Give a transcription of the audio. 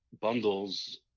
bundles